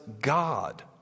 God